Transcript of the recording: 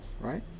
right